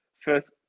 first